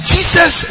Jesus